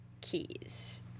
keys